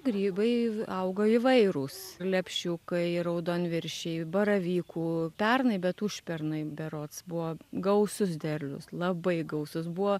grybai auga įvairūs lepšiukai raudonviršiai baravykų pernai bet užpernai berods buvo gausus derlius labai gausus buvo